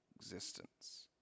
existence